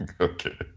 Okay